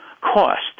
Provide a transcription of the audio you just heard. cost